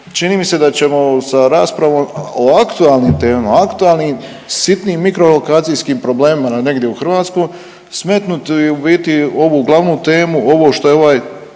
čini mi se da ćemo sa raspravom o aktualnim temama o aktualnim sitnim mikrolokacijskim problemima na negde u Hrvatsku smetnuti u biti ovu glavnu temu ovo što je ovaj